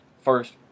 first